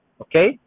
Okay